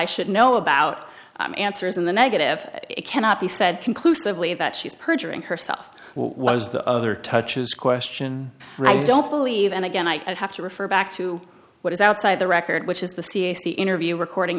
i should know about answers in the negative it cannot be said conclusively that she's perjuring herself was the other touches question and i don't believe and again i have to refer back to what is outside the record which is the cac interview recording